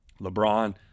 LeBron